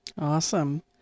Awesome